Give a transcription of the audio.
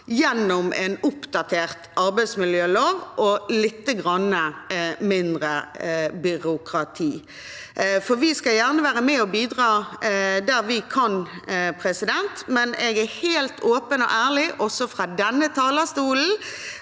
gjennom en oppdatert arbeidsmiljølov og litt mindre byråkrati. Vi skal gjerne være med og bidra der vi kan, men jeg er helt åpen og ærlig, også fra denne talerstolen